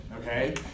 okay